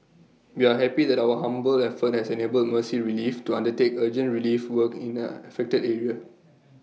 we are happy that our humble effort has enabled mercy relief to undertake urgent relief work in the affected area